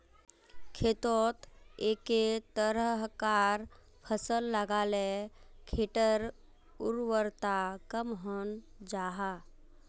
खेतोत एके तरह्कार फसल लगाले खेटर उर्वरता कम हन जाहा